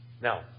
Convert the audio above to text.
Now